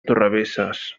torrebesses